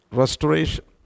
restoration